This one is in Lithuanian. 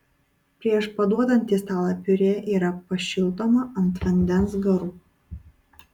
prieš paduodant į stalą piurė yra pašildoma ant vandens garų